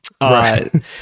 Right